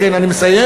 כן, אני מסיים.